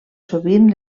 sovint